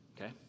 okay